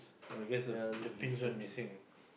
oh that's a the pins went missing